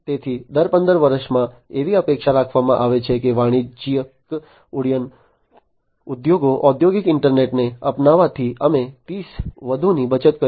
તેથી દર 15 વર્ષમાં એવી અપેક્ષા રાખવામાં આવે છે કે વાણિજ્યિક ઉડ્ડયન ઉદ્યોગો ઔદ્યોગિક ઇન્ટરનેટને અપનાવવાથી અમે 30 બિલિયન ડોલરથી વધુની બચત કરીશું